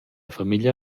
famiglia